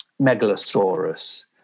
megalosaurus